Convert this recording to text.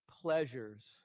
pleasures